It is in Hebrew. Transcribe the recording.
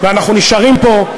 ואנחנו נשארים פה,